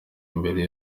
imbere